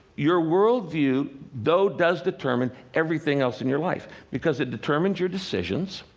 your worldview, though, does determine everything else in your life, because it determines your decisions